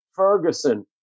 Ferguson